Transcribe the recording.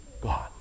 God